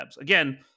Again